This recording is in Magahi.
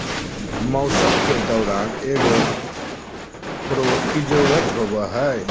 मौसम के दौरान एगो प्रोड की जरुरत होबो हइ